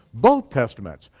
both testaments,